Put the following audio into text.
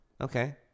Okay